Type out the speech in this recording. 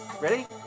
ready